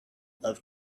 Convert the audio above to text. love